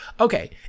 Okay